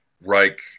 Reich